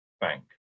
bank